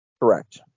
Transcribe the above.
Correct